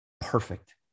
perfect